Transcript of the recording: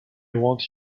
want